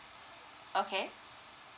okay